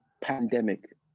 pandemic